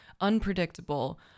unpredictable